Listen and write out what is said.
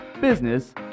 business